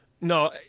no